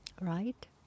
right